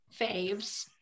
faves